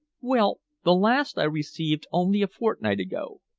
well, the last i received only a fortnight ago.